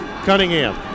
Cunningham